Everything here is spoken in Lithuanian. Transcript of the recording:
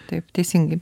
taip teisingai